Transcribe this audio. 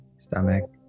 stomach